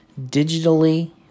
digitally